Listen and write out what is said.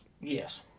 Yes